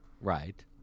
Right